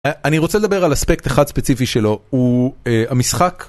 אני רוצה לדבר על אספקט אחד ספציפי שלו הוא המשחק.